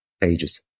pages